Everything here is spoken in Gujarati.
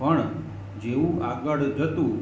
પણ જેવું આગળ જતું